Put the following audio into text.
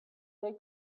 they